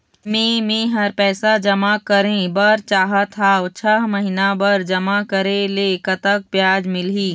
मे मेहर पैसा जमा करें बर चाहत हाव, छह महिना बर जमा करे ले कतक ब्याज मिलही?